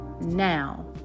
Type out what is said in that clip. now